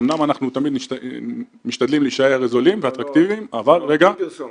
אמנם אנחנו תמיד משתדלים להישאר זולים ואטרקטיביים -- בלי פרסומת.